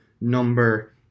number